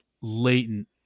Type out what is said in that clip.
latent